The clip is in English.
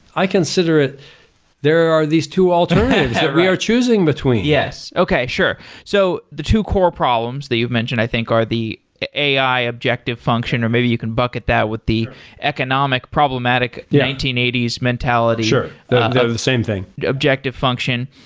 i consider it there are these two alternatives that we are choosing between yes okay, sure so the two core problems that you've mentioned i think are the ai objective function or maybe you can bucket that with the economic, problematic nineteen eighty s mentality sure, they're the the same thing objective function.